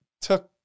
took